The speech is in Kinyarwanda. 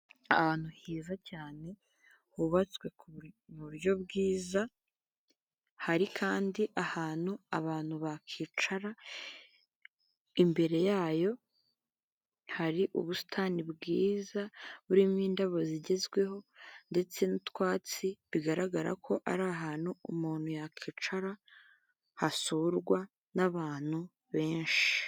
Ahantu heza cyane, hubatswe mu buryo bwiza, hari kandi ahantu abantu bakwicara, imbere yayo hari ubusitani bwiza, burimo indabo zigezweho ndetse n'utwatsi, bigaragara ko ari ahantu umuntu yakwicara, hasurwa n'abantu benshi.